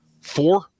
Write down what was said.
four